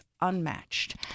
unmatched